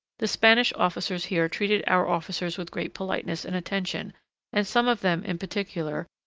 the spanish officers here treated our officers with great politeness and attention and some of them, in particular,